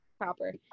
proper